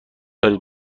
دارید